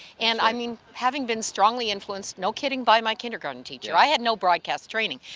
and i mean having been strongly influenced no kidding by my kindergarten teacher i had no broadcast training.